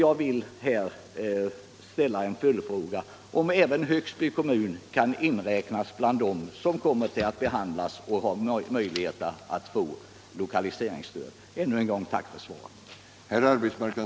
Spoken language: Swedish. Jag vill ställa en följdfråga, nämligen om även Högsby kommun kan inräknas bland dem som kommer att ha möjlighet att få lokaliseringsstöd.